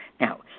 Now